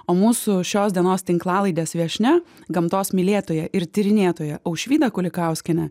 o mūsų šios dienos tinklalaidės viešnia gamtos mylėtoja ir tyrinėtoja aušvyda kulikauskienė